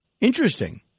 interesting